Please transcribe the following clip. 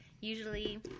usually